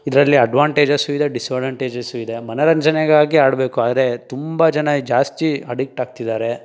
ಇದರಲ್ಲಿ ಅಡ್ವಾಂಟೇಜಸ್ಸು ಇದೆ ಡಿಸ್ಅಡ್ವಾಂಟೇಜಸ್ಸು ಇದೆ ಮನೊರಂಜನೆಗಾಗಿ ಆಡಬೇಕು ಆದರೆ ತುಂಬ ಜನ ಜಾಸ್ತಿ ಅಡಿಕ್ಟ್ ಆಗ್ತಿದ್ದಾರೆ